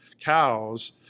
cows